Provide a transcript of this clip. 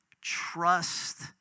trust